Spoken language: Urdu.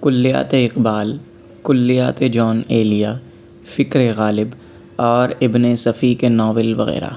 كلياتِ اقبال كلياتِ جون اِيليا فِكرِ غالب اور اِبن صفى كے ناول وغيرہ